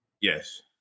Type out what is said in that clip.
Yes